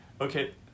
Okay